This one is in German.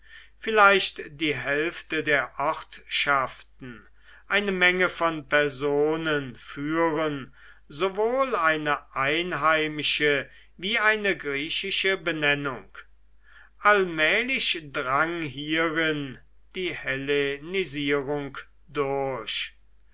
vielleicht die hälfte der ortschaften eine menge von personen führen sowohl eine einheimische wie eine griechische benennung allmählich drang hierin die hellenisierung durch